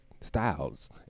styles